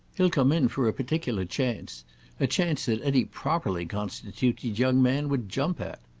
he'll come in for a particular chance a chance that any properly constituted young man would jump at.